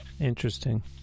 Interesting